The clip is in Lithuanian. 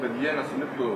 kad jie nesuliptų